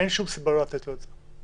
אין שום סיבה לא לתת לו את זה.